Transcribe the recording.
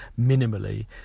minimally